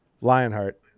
Lionheart